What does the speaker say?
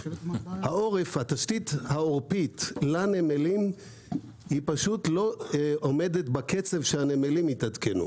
התשתית העורפית לנמלים לא עומדת בקצב שהנמלים התעדכנו,